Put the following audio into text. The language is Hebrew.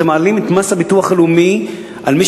אתם מעלים את מס הביטוח הלאומי על מי